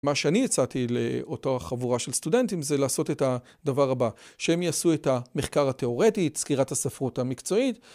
מה שאני הצעתי לאותו חבורה של סטודנטים זה לעשות את הדבר הבא שהם יעשו את המחקר התיאורטי, סקירת הספרות המקצועית